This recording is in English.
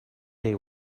day